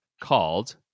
called